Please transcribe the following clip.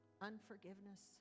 unforgiveness